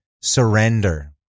surrender